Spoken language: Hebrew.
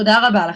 תודה רבה לכם.